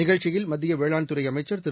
நிகழ்ச்சியில் மத்திய வேளாண் துறை அமைச்சர் திரு